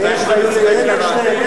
ויולי אדלשטיין, יש כמה.